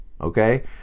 okay